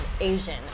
Asian